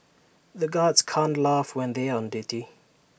the guards can't laugh when they are on duty